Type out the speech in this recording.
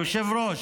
היושב-ראש,